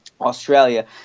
Australia